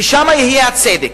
ושם יהיה הצדק.